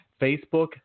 Facebook